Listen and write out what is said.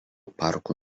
parkų